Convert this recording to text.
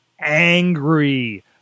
angry